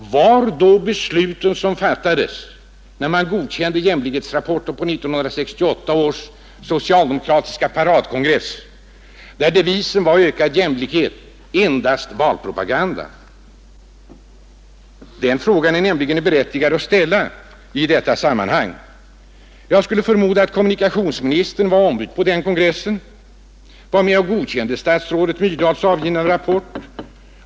Var då besluten som fattades när man godkände rapporten på 1968 års socialdemokratiska paradkongress, där devisen var ”ökad jämlikhet”, endast valpropaganda? Det är berättigat att ställa den frågan i detta sammanhang. Jag skulle förmoda att kommunikationsministern deltog som ombud i partikongressen 1968 — och var med och godkände den av statsrådet Alva Myrdal avgivna rapporten.